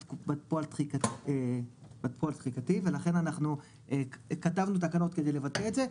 פועל דחיקתי ולכן אנחנו כתבנו תקנות כדי לבטא את זה.